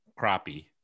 crappie